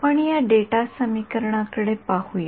आपण या डेटा समीकरणाकडे पाहूया